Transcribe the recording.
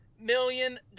million